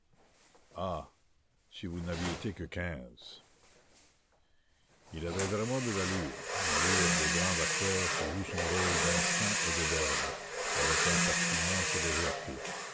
si vous n'aviez été que quinze il avait vraiment de l'allure une allure de grand acteur qui joue son rôle d'instinct et de verve avec impertinence et légèreté